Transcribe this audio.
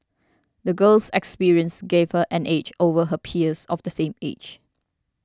the girl's experiences gave her an edge over her peers of the same age